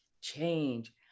change